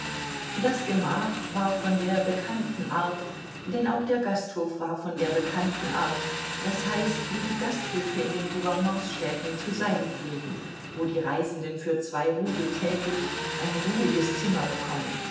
das gemach war von der bekannten art denn auch der gasthof war von der bekannten art das heißt wie die gasthöfe in den gouvernementsstädten zu sein pflegen wo die reisenden für zwei rubel täglich ein ruhiges zimmer bekommen